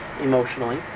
emotionally